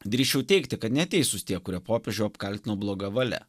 drįsčiau teigti kad neteisūs tie kurie popiežių apkaltino bloga valia